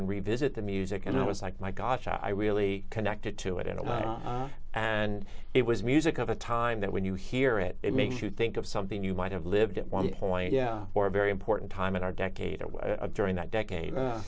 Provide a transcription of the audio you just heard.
and revisit the music and it was like my gosh i really connected to it in a way and it was music of a time that when you hear it it makes you think of something you might have lived at one point yeah for a very important time in our decade away during that decade